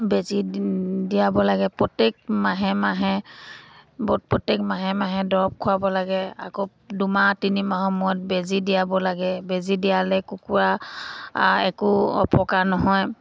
বেজি দিয়াব লাগে প্ৰত্যেক মাহে মাহে প্ৰত্যেক মাহে মাহে দৰৱ খোৱাব লাগে আকৌ দুমাহ তিনিমাহৰ সময়ত বেজি দিয়াব লাগে বেজি দিয়ালে কুকুৰা একো অপকাৰ নহয়